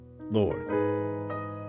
Lord